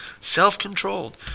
Self-controlled